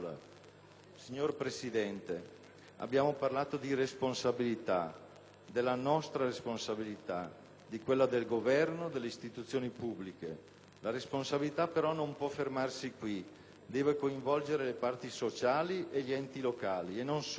Signor Presidente, abbiamo parlato di responsabilità, della nostra responsabilità, di quella del Governo, delle istituzioni pubbliche. La responsabilità però non può fermarsi qui: deve coinvolgere le parti sociali e gli enti locali, e non solo.